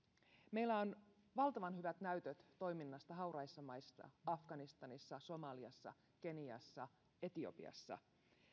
meillä on valtavan hyvät näytöt toiminnasta hauraissa maissa afganistanissa somaliassa keniassa etiopiassa